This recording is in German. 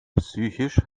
psychisch